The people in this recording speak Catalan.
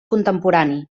contemporani